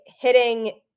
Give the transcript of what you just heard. hitting